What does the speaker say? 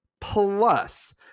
plus